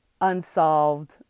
unsolved